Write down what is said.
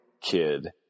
kid